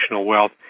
wealth